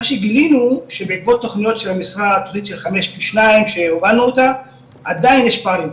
מה שגילינו שבעקבות תוכניות של המשרד שהובלנו אותה עדיין יש פערים,